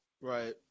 Right